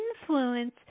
influence